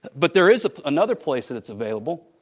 but there is another place that it's available.